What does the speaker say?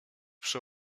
przy